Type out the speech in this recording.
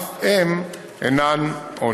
אף הם אינם עונש.